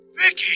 Vicky